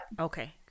Okay